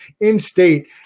in-state